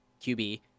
QB